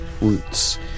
roots